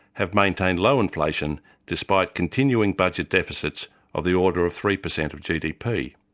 have maintained low inflation despite continuing budget deficits of the order of three percent of gdp.